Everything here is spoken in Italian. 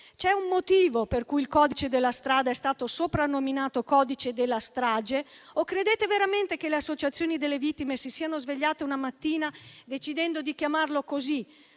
C'è un motivo per cui il codice della strada è stato soprannominato codice della strage. O credete veramente che le associazioni delle vittime si siano svegliate una mattina, decidendo di chiamarlo così,